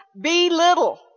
belittle